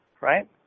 right